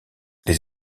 les